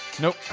nope